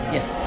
Yes